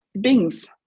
bings